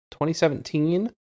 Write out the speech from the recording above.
2017